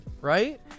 right